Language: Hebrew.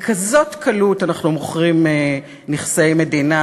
בכזאת קלות אנחנו מוכרים נכסי מדינה